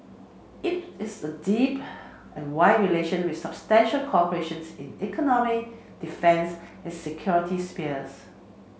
it is a deep and wide relation with substantial cooperation in economic defence and security spheres